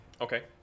Okay